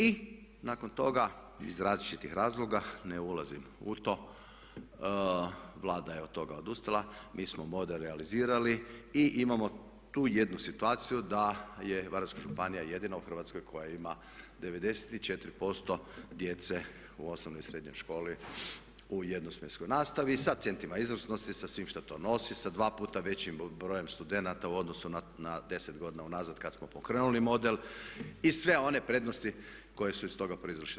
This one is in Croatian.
I nakon toga iz različitih razloga ne ulazim u to Vlada je od toga odustala, mi smo model realizirali i imamo tu jednu situaciju je Varaždinska županija jedina u Hrvatskoj koja ima 94% djece u osnovnoj i srednjoj školi u jedno smjenskoj nastavi sa centrima izvrsnosti, sa svim što to nosi, sa dva puta većim brojem studenata u odnosu na deset godina unazad kad smo pokrenuli model i sve one prednosti koje su iz toga proizašle.